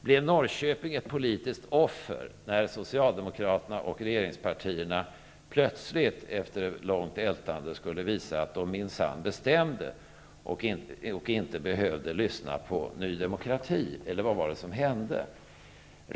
Blev Norrköping ett politiskt offer när Socialdemokraterna och regeringspartierna plötsligt, efter långt ältande, skulle visa att de minsann bestämde och inte behövde lyssna på Ny demokrati, eller vad var det som hände?